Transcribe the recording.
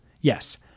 Yes